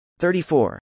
34